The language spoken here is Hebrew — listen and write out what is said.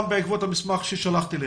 גם בעקבות המסמך ששלחת אלינו.